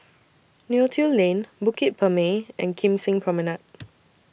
Neo Tiew Lane Bukit Purmei and Kim Seng Promenade